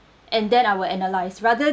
and then I will analyze rather